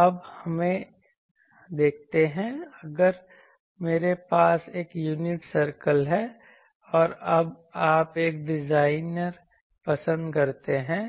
अब हमें देखते हैं अगर मेरे पास एक यूनिट सर्कल है और अब आप एक डिज़ाइनर पसंद देखते हैं